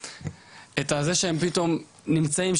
את זה שהם פתאום נמצאים,